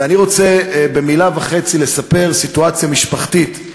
ואני רוצה במילה וחצי לספר על סיטואציה משפחתית,